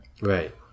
Right